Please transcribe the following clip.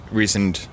recent